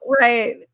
Right